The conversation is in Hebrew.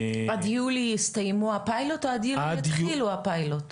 עד יולי יסתיים הפיילוט או עד יולי יתחיל הפיילוט?